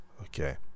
Okay